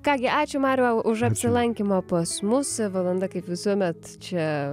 ką gi ačiū mariau už apsilankymą pas mus valanda kaip visuomet čia